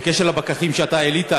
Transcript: בקשר לעניין הפקחים שאתה העלית,